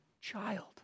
child